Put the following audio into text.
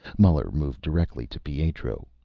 muller moved directly to pietro.